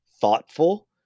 thoughtful